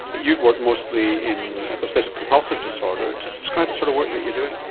you've worked mostly in obsessive compulsive disorder, just describe the sort of work that you're doing.